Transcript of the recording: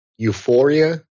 euphoria